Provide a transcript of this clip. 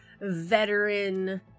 veteran